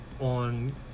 on